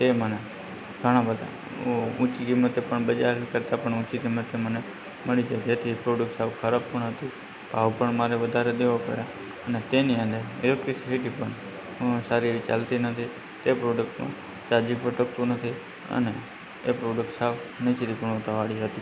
અને તે મને ઘણા બધા ઉ ઊંચી કિંમતે પણ બજાર કરતા પણ ઊંચી કીમતે મને મળી છે જેથી તે પ્રોડક્ટ સાવ ખરાબ પણ હતી ભાવ પણ મારે વધારે દેવો પડે અને તેની અંદર ઇલેક્ટ્રીસીટી પણ સારી રીતે ચાલતી નથી તે પ્રોડક્ટ ચાર્જીંગ પર ટકતું નથી અને એ પ્રોડક્ટ સાવ નીચી ગુણવત્તાવાળી હતી